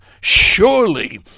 surely